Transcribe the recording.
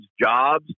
jobs